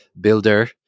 builder